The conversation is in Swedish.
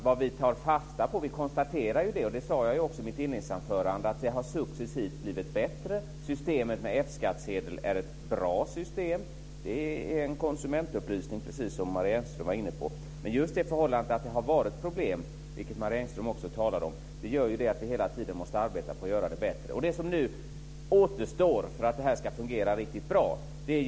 Vi konstaterar, och det sade jag också i mitt inledningsanförande, att det successivt har blivit bättre. Systemet med F skattsedel är ett bra system. Det är en konsumentupplysning, precis som Marie Engström var inne på. Men just det förhållandet att det har varit problem, vilket Marie Engström också talade om, gör att vi hela tiden måste arbeta med att göra det bättre. Nu återstår en sak för att det här ska fungera riktigt bra.